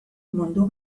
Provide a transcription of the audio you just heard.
mundu